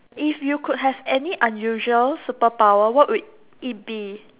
if you could have any unusual superpower what would it be